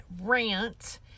rant